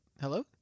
Hello